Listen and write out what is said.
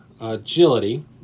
agility